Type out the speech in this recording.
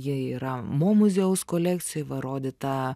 jie yra mo muziejaus kolekcijoj va rodyta